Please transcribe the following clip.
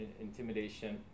intimidation